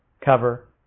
cover